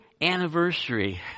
anniversary